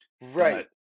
Right